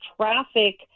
traffic